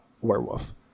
werewolf